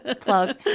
plug